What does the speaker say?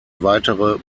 weitere